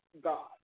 God